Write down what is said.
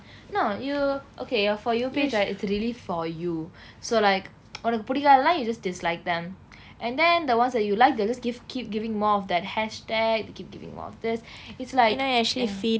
no you okay uh for you page right it's really for you so like உனக்கு பிடிக்காதது எல்லாம்:unakku pidikaathathu ellaam you just dislike them and then the ones that you like they will just keep giving more of that hashtag keep giving more of this it's like